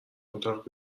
اتاق